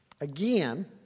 Again